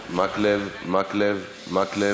מקלב, מקלב,